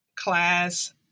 Class